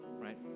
right